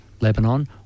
Lebanon